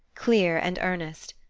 clear and earnest,